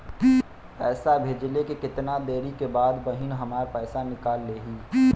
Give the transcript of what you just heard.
पैसा भेजले के कितना देरी के बाद बहिन हमार पैसा निकाल लिहे?